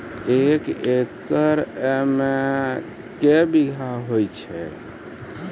एक एकरऽ मे के बीघा हेतु छै?